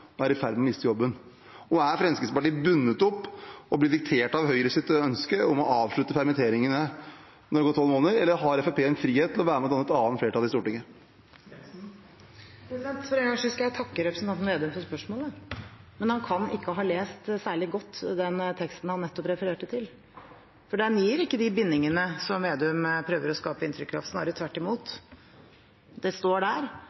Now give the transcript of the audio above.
og er i ferd med å miste jobben? Er Fremskrittspartiet bundet opp og blir diktert av Høyres ønske om å avslutte permitteringene når det har gått tolv måneder, eller har Fremskrittspartiet frihet til å være med og danne et annet flertall i Stortinget? For en gangs skyld skal jeg takke representanten Slagsvold Vedum for spørsmålet, men han kan ikke ha lest særlig godt den teksten han nettopp refererte til. Den gir ikke de bindingene som Slagsvold Vedum prøver å skape inntrykk av, snarere tvert imot. Det står der